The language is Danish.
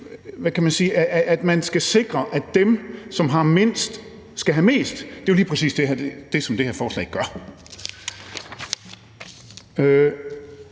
at man skal sikre, at dem, som har mindst, skal have mest, og det er lige præcis det, som det her forslag gør.